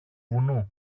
βουνού